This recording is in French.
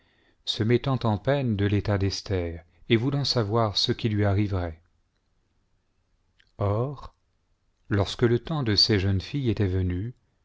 se mettant en peine de l'état d'esther et voulant savoir ce qui lui arriverait or lorsque le temps de ces jeunes filles était venu